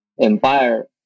empire